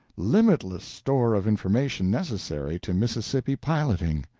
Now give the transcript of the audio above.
limitless store of information necessary to mississippi piloting?